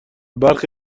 برخی